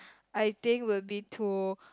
I think would be to